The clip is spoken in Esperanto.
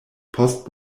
post